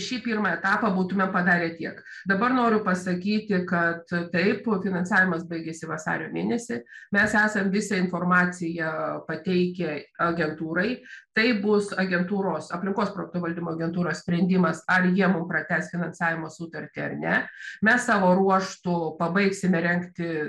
šiaip pirmą etapą būtume padarę tiek dabar noriu pasakyti kad taip finansavimas baigėsi vasario mėnesį mes esam visą informaciją pateikę agentūrai tai bus agentūros aplinkos projektų valdymo agentūros sprendimas ar jie mum pratęs finansavimo sutartį ar ne mes savo ruožtu pabaigsime rengti